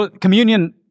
communion